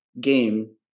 game